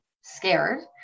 scared